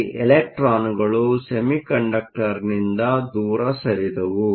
ಅಲ್ಲಿ ಇಲೆಕ್ಟ್ರಾನ್ಗಳು ಸೆಮಿಕಂಡಕ್ಟರ್ನಿಂದ ದೂರ ಸರಿದವು